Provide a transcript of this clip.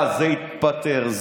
זה התפטר,